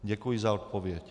Děkuji za odpověď.